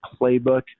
playbook